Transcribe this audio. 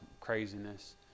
craziness